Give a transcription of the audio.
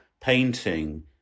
painting